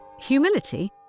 Humility